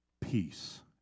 peace